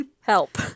Help